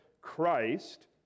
christ